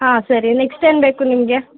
ಹಾಂ ಸರಿ ನೆಕ್ಟ್ಸ್ ಏನು ಬೇಕು ನಿಮಗೆ